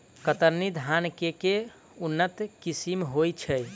कतरनी धान केँ के उन्नत किसिम होइ छैय?